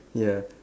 ya